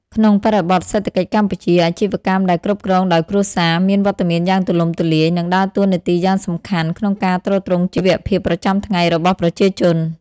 ក្នុងបរិបទសេដ្ឋកិច្ចកម្ពុជា អាជីវកម្មដែលគ្រប់គ្រងដោយគ្រួសារ មានវត្តមានយ៉ាងទូលំទូលាយ និងដើរតួនាទីយ៉ាងសំខាន់ក្នុងការទ្រទ្រង់ជីវភាពប្រចាំថ្ងៃរបស់ប្រជាជន។